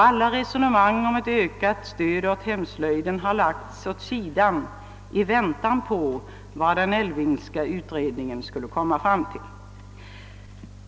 Alla resonemang om ett ökat stöd åt hemslöjden har lagts åt sidan i väntan på vad den Elfvingska utredningen skulle komma fram till.